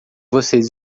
vocês